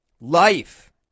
Life